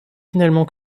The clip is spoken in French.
finalement